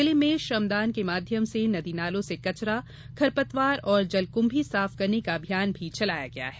जिले में श्रमदान के माध्यम से नदी नालों से कचरा खरपतवार और जलक्भी साफ करने का अभियान भी चलाया गया है